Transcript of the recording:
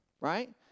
right